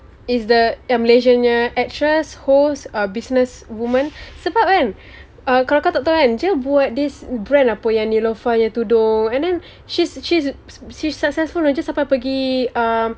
is the ya malaysian punya actress host uh business woman sebab kan uh kalau kau tak tahu kan dia buat this brand apa yang neelofa punya tudung and then she's she's she's successful sampai pergi uh